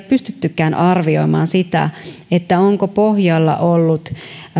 pystyttykään arvioimaan sitä onko pohjalla ollut